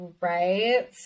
right